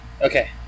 okay